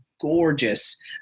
Gorgeous